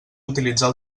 utilitzar